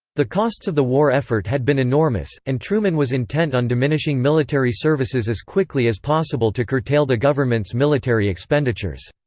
the costs of the war effort had been enormous, and truman was intent on diminishing military services as quickly as possible to curtail the government's military expenditures.